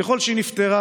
ככל שהיא נפתרה,